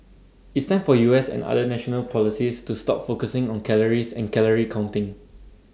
it's time for U S and other national policies to stop focusing on calories and calorie counting